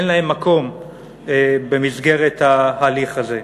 אין להם מקום במסגרת ההליך הזה.